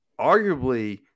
arguably